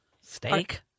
Steak